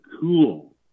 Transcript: cool